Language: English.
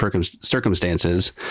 circumstances